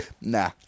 Nah